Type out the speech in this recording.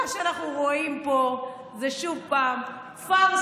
מה שאנחנו רואים פה זה שוב פארסה